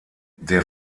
der